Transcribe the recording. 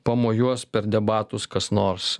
pamojuos per debatus kas nors